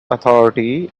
authority